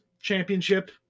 championship